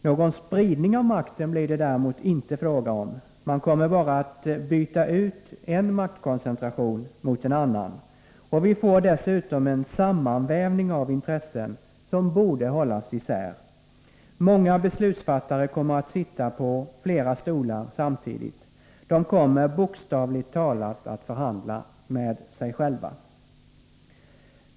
Någon spridning av makten blir det däremot inte fråga om — man kommer bara att byta ut en maktkoncentration mot en annan. Och vi får dessutom en sammanvävning av intressen som borde hållas isär. Många beslutsfattare kommer att sitta på flera stolar samtidigt. De kommer bokstavligt talat att förhandla med sig själva.